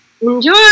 Enjoy